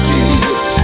Jesus